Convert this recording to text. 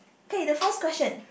okay the first question